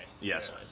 Yes